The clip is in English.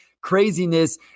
craziness